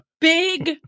big